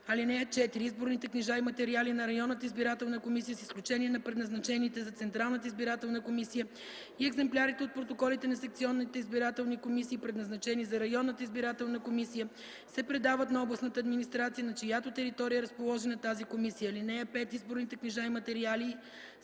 (4) Изборните книжа и материали на районната избирателна комисия, с изключение на предназначените за Централната избирателна комисия и екземплярите от протоколите на секционните избирателни комисии, предназначени за районната избирателна комисия, се предават на областната администрация, на чиято територия е разположена тази комисия. (5) Изборните книжа и материали